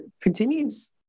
continues